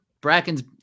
Bracken's